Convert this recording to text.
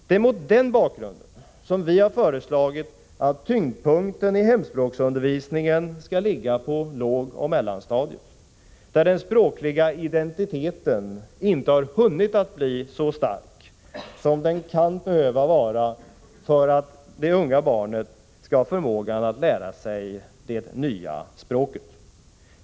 Det är mot den bakgrunden som vi har föreslagit att tyngdpunkten i hemspråksundervisningen skall ligga på lågoch mellanstadiet, där den språkliga identiteten inte hunnit bli så stark som den kan behöva vara för att barnet skall ha förmåga att lära sig det nya språket.